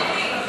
מבין,